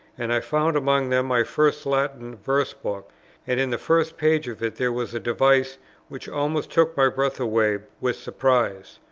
and i found among them my first latin verse-book and in the first page of it there was a device which almost took my breath away with surprise.